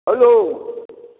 hello